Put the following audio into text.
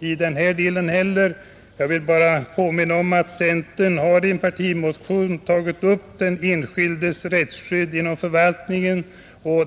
i den här delen heller. Jag vill bara påminna om att centern i en partimotion tagit upp frågorna om de enskildas rättsskydd inom förvaltningen.